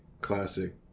classic